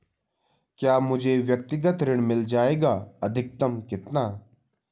क्या मुझे व्यक्तिगत ऋण मिल जायेगा अधिकतम कितना?